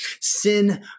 Sin